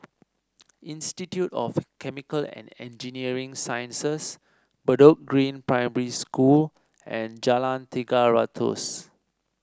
Institute of Chemical and Engineering Sciences Bedok Green Primary School and Jalan Tiga Ratus